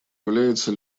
является